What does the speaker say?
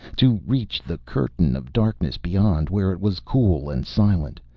to reach the curtain of darkness beyond, where it was cool and silent,